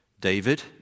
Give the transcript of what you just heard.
David